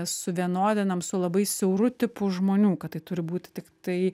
suvienodinam su labai siauru tipu žmonių kad tai turi būti tiktai